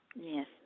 Yes